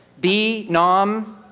b, nom,